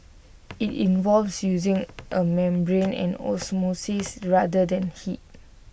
IT involves using A membrane and osmosis rather than heat